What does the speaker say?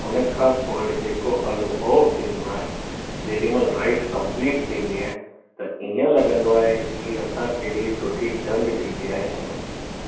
हुनखां पोए जेको अनुभव थींदो आहे जेॾी महिल राइड कंप्लीट थींदी आहे त ईअं लॻंदो आहे कि असां कहिड़ी सुठी जंग जीते आया आहियूं